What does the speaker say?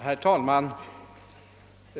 Herr talman!